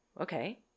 okay